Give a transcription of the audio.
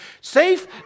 safe